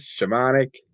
Shamanic